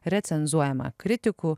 recenzuojama kritikų